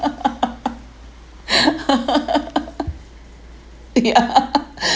yeah